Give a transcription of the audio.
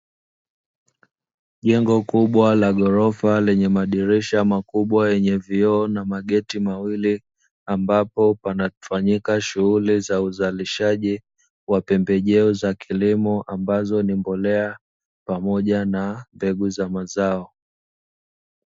Nyumba kubwa la gorofa lenye madirisha makubwa lenye vioo na mageti mawili ambapo panafanyika shughuli za uzalishaji wa pembejeo za kilimo ambazo ni mbolea pamoja na mbegu za mazao.